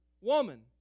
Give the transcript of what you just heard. woman